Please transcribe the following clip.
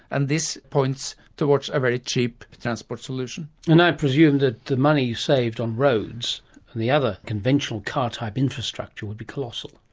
and this points towards a very cheap transport solution. and i presumed that ah the money you saved on roads and the other conventional car-type infrastructure would be colossal.